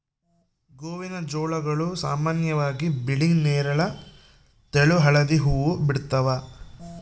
ಗೋವಿನಜೋಳಗಳು ಸಾಮಾನ್ಯವಾಗಿ ಬಿಳಿ ನೇರಳ ತೆಳು ಹಳದಿ ಹೂವು ಬಿಡ್ತವ